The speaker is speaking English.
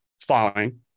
falling